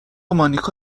مانیکا